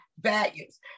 values